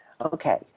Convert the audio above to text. Okay